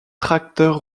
tracteur